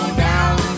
down